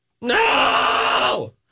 No